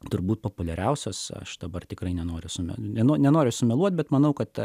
turbūt populiariausios aš dabar tikrai nenoriu sumeluoti nes nenoriu sumeluoti bet manau kad